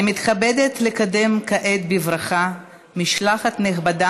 אני מתכבדת לקדם כעת בברכה משלחת נכבדה